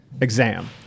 exam